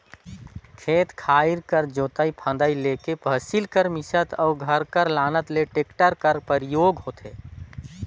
खेत खाएर कर जोतई फदई ल लेके फसिल कर मिसात अउ घर कर लानत ले टेक्टर कर परियोग होथे